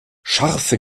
scharfe